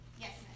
Yes